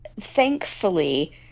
thankfully